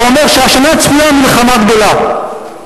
אומר שהשנה צפויה מלחמה גדולה,